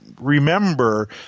Remember